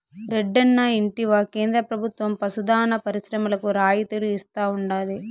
రెడ్డన్నా ఇంటివా కేంద్ర ప్రభుత్వం పశు దాణా పరిశ్రమలకు రాయితీలు ఇస్తా ఉండాది